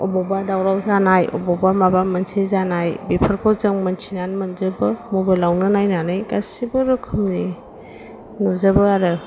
अबावबा दावराव जानाय अबावबा माबा मोनसे जानाय बेफोरखौ जों मोन्थिनो मोजोबो मबाइलावनो नायनानै गासैबो रोखोमनि नुजोबो आरो